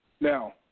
Now